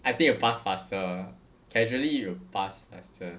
I think it will pass faster casually it will pass faster